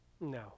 No